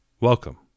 Welcome